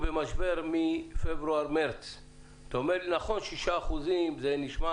המשבר החל בפברואר 2020. נכון ש-6% שלא טופלו זה נשמע